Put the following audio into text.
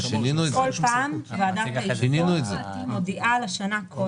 סכל פעם ועדת היישום מודיעה על השנה הקודמת.